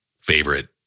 favorite